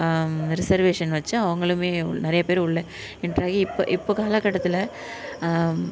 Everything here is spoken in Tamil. ரிசர்வேஷன் வச்சு அவங்களும் உள் நிறைய பேர் உள்ள எண்ட்ராகி இப்போ இப்போ காலக்கட்டத்தில்